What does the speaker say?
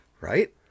Right